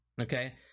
okay